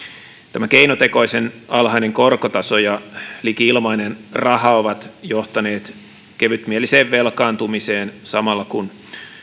tämä keinotekoisen alhainen korkotaso ja liki ilmainen raha ovat johtaneet kevytmieliseen velkaantumiseen samalla kun